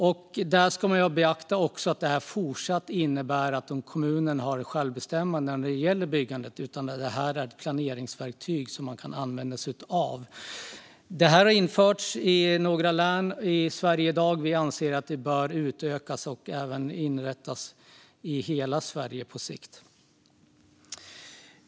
Man ska också beakta att detta innebär att kommunerna fortsatt har självbestämmande när det gäller byggandet. Detta är ett planeringsverktyg som man kan använda sig av. Det har i dag införts i några län i Sverige. Vi anser att det bör utökas och införas i hela Sverige på sikt.